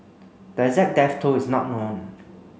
the exact death toll is not known